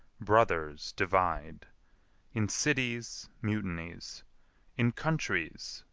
brothers divide in cities, mutinies in countries,